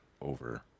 over